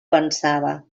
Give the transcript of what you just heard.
pensava